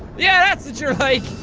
yeah that's what you're like,